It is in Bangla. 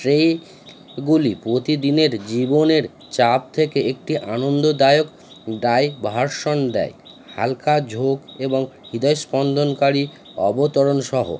ট্রেগুলি প্রতিদিনের জীবনের চাপ থেকে একটি আনন্দদায়ক ডাইভারশন দেয় হালকা ঝোঁক এবং হৃদয় স্পন্দনকারী অবতরণ সহ